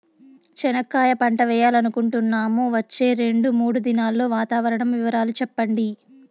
చెనక్కాయ పంట వేయాలనుకుంటున్నాము, వచ్చే రెండు, మూడు దినాల్లో వాతావరణం వివరాలు చెప్పండి?